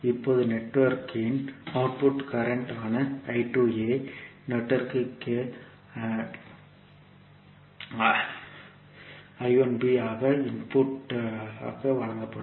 இப்போது நெட்வொர்க் இன் அவுட்புட் ஆன நெட்வொர்க்ற்கு ஆக இன்புட் ஆக வழங்கப்படும்